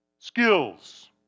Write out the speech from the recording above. Skills